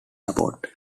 support